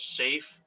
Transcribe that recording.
safe